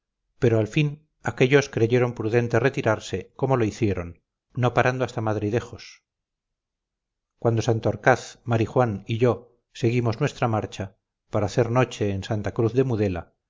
pero al fin aquellos creyeron prudente retirarse como lo hicieron no parando hasta madridejos cuando santorcaz marijuán y yo seguimos nuestra marcha para hacer noche en santa cruz de mudela